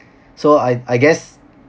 so I I guess